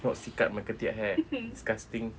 not sikat my ketiak hair disgusting